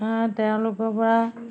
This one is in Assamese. তেওঁলোকৰ পৰা